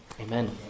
Amen